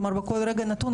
כלומר בכל רגע נתון,